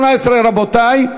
לסעיף 18, רבותי,